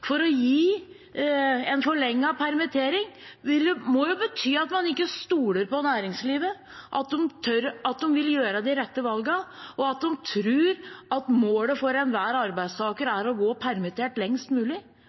for å gi en forlenget permittering må jo bety at man ikke stoler på at næringslivet vil gjøre de rette valgene, og at de tror at målet for enhver arbeidstaker er å gå permittert lengst mulig.